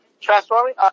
transforming